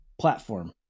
platform